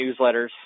newsletters